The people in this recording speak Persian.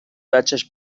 بچش